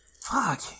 Fuck